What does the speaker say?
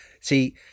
See